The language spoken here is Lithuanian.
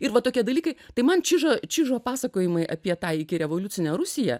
ir va tokie dalykai tai man čižo čižo pasakojimai apie tą ikirevoliucinę rusiją